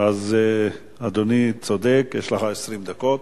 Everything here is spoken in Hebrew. אדוני צודק, יש לך 20 דקות.